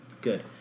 Good